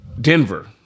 Denver